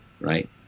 right